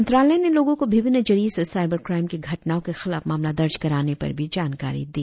मंत्रालय ने लोगों को विभिन्न जरिए से साईबर क्राईम के घटनाओं के खिलाफ मामला दर्ज कराने पर भी जानकारी दी